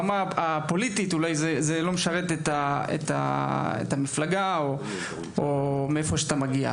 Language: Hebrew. משרת את המפלגה שממנה אתה מגיע,